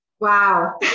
Wow